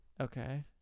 Okay